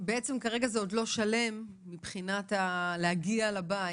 כרגע זה עוד לא שלם מבחינת להגיע לבית,